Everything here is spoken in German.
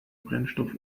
brennstoff